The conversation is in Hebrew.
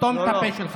סתום את הפה שלך.